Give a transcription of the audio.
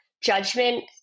judgment